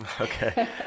Okay